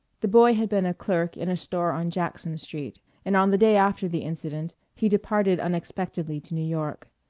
the boy had been a clerk in a store on jackson street, and on the day after the incident he departed unexpectedly to new york.